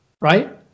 right